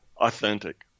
authentic